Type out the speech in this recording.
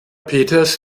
peters